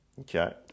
Okay